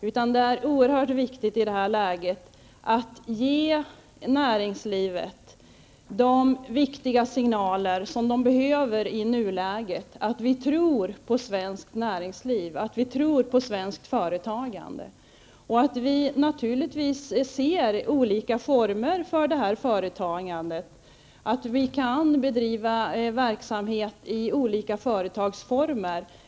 Det är i stället oerhört viktigt att ge näringslivet de signaler som näringslivet behöver i nuläget -- att vi tror på svenskt näringsliv och svenskt företagande, och att vi naturligtvis ser att verksamhet kan bedrivas i olika företagsformer.